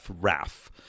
Raf